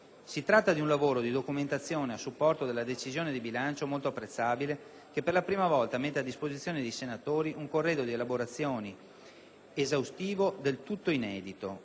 Si tratta di un lavoro di documentazione a supporto della decisione di bilancio molto apprezzabile che, per la prima volta, mette a disposizione dei senatori un corredo di elaborazioni esaustivo del tutto inedito.